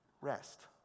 rest